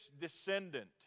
descendant